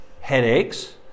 headaches